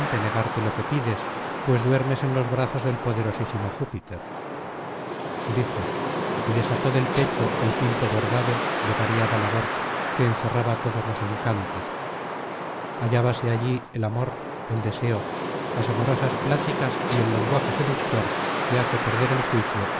negarte lo que pides pues duermes en los brazos del poderosísimo júpiter dijo y desató del pecho el cinto bordado de variada labor que encerraba todos los encantos hallábanse allí el amor el deseo las amorosas pláticas y el lenguaje seductor que hace perder el juicio